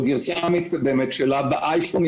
בגרסה המתקדמת שלה באייפונים,